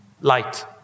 light